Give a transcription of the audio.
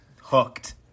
hooked